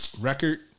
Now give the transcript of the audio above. record